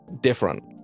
different